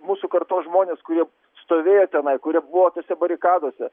mūsų kartos žmonės kurie stovėjo tenai kurie buvo tose barikadose